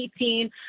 2018